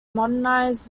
modernize